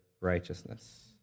righteousness